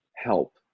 help